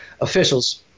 officials